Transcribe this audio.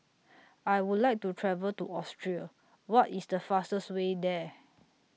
I Would like to travel to Austria What IS The fastest Way There